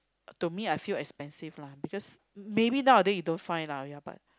to me I feel expensive lah because maybe nowadays you don't find lah ya but